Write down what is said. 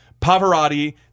Pavarotti